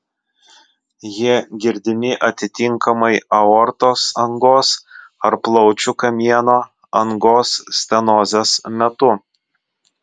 jie girdimi atitinkamai aortos angos ar plaučių kamieno angos stenozės metu